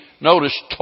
notice